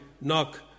knock